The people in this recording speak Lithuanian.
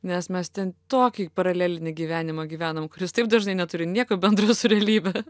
nes mes ten tokį paralelinį gyvenimą gyvenam kuris taip dažnai neturi nieko bendro su realybe